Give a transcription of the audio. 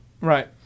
right